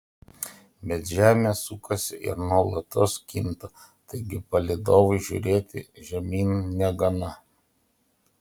bet žemė sukasi ir nuolatos kinta taigi palydovui žiūrėti žemyn negana